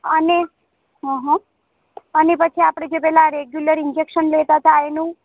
અને હા હા અને પછી આપણે જે પેલા રૅગ્યુલર ઇન્જેક્શન લેતાં હતાં એનું